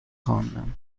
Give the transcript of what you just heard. خواندم